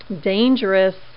dangerous